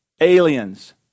aliens